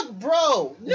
Bro